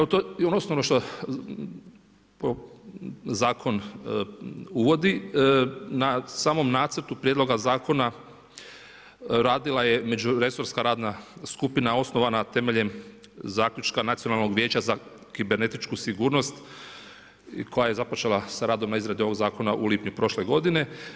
Ono što Zakon uvodi, na samom nacrtu Prijedloga zakona radila je međuresorska radna skupina osnovana temeljem zaključka Nacionalnog vijeća za kibernetičku sigurnost koja je započela sa radom na izradi ovog Zakona u lipnju prošle godine.